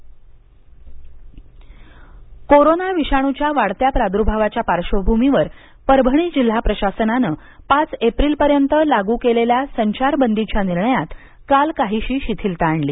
परभणी संचार् बंदीत शिथिलता कोरोना विषाणूच्या वाढत्या प्रादूर्भावाच्या पार्श्वभूमीवर परभणी जिल्हा प्रशासनानं पाच एप्रिलपर्यंत लागू केलेल्या संचारबंदीच्या निर्णयात काल काहीशी शिथीलता आणली